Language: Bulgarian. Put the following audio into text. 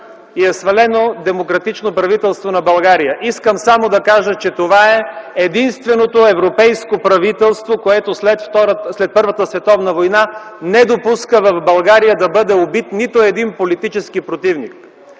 и е свалено демократично правителство на България. Искам само да кажа, че това е единственото европейско правителство, което след Първата световна война не допуска в България да бъде убит нито един политически противник,